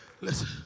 listen